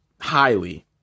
highly